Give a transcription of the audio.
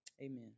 Amen